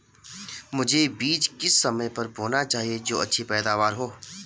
मुझे बीज किस समय पर बोना चाहिए जो अच्छी पैदावार हो?